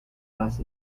last